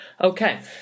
Okay